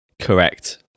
Correct